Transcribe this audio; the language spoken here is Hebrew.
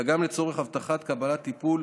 אלא גם לצורך הבטחת קבלת טיפול